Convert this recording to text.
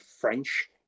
French